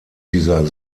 dieser